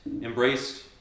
embraced